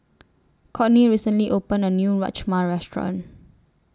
Cortney recently opened A New Rajma Restaurant